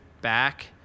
back